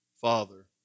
Father